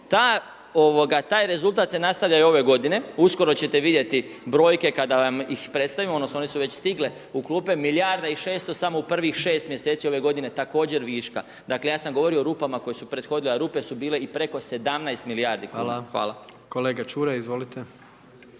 Taj rezultat se nastavlja i ove g. uskoro ćete vidjeti brojke kada ih predstavljamo, odnosno, one su već stigle u klupe, milijarda i 600 samo u prvih 6 mj. ove g. također viška. Dakle, ja sam govorio o rupama koje su prethodnike, a rupe su bile i preko 17 milijardi kn. Hvala. **Jandroković,